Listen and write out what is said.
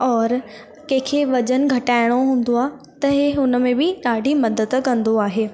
ओर कंहिंखे वज़न घटाइणो हूंदो आहे त हे हुनमें बि ॾाढी मदद कंदो आहे